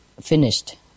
finished